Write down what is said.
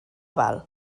val